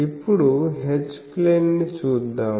ఇప్పుడు H plane ని చూద్దాం